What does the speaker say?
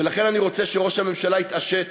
ולכן אני רוצה שראש הממשלה יתעשת